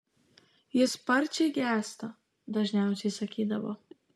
jis sparčiai gęsta dažniausiai sakydavo